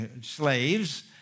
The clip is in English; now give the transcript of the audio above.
slaves